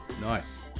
Nice